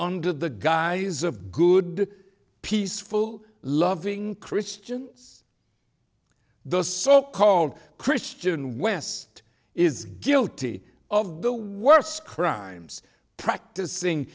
under the guise of good peaceful loving christians the so called christian west is guilty of the worst crimes practicing